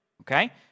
okay